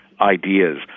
ideas